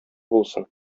булсын